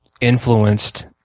influenced